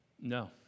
No